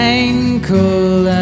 ankle